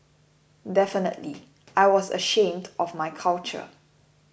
definitely I was ashamed of my culture